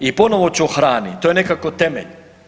I ponovo ću o hrani, to je nekako temelj.